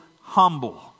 humble